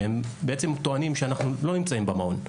שהם בעצם טוענים שאנחנו לא נמצאים במעון.